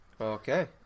Okay